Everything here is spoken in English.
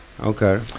Okay